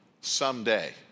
someday